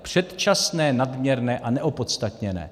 Předčasné, nadměrné a neopodstatněné.